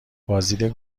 بازدید